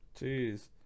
Jeez